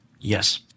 Yes